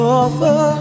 offer